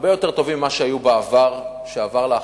הרבה יותר טובים מאשר היו בעבר, שעבר לאחרונה.